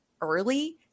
early